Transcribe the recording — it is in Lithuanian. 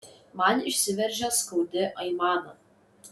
man išsiveržia skaudi aimana